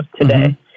today